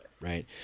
Right